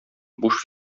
буш